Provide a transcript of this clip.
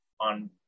on